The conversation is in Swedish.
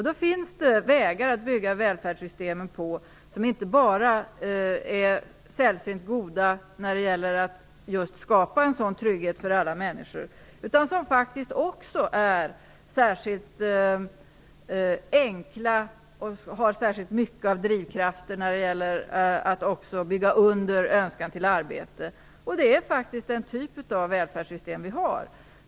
Det finns vägar att bygga välfärdssystemen på som inte bara är sällsynt goda när det gäller att skapa en sådan trygghet för alla människor, utan som också är särskilt enkla och som har särskilt mycket av drivkrafter när det gäller att bygga under önskan om arbete. Det är denna typ av välfärdssystem vi faktiskt har.